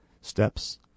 steps